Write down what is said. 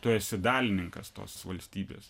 tu esi dalininkas tos valstybės